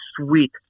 sweet